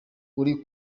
uri